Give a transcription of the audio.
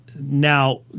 Now